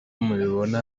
mubibona